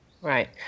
Right